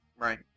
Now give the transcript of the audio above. Right